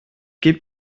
gebe